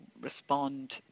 respond